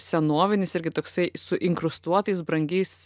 senovinis irgi toksai su inkrustuotais brangiais